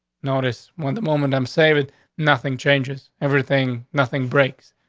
notice when? the moment i'm saving nothing changes everything. nothing breaks.